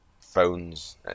phones